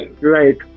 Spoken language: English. Right